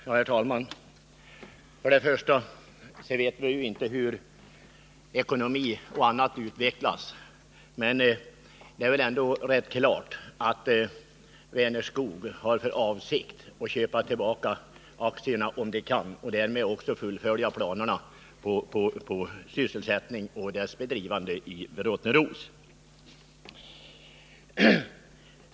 Herr talman! För det första vet vi ju inte hur ekonomi och annat kommer att utvecklas, men det är väl ändå rätt klart att Vänerskog har för avsikt att köpa tillbaka aktierna, om bolaget kan göra det, och därmed också med större säkerhet fullfölja planerna på sysselsättning och verksamhetens bedrivande i Rottneros.